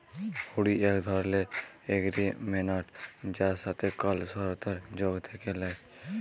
হুঁড়ি এক ধরলের এগরিমেনট যার সাথে কল সরতর্ যোগ থ্যাকে ল্যায়